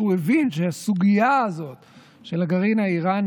כי הוא הבין שהסוגיה הזאת של הגרעין האיראני